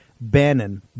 Bannon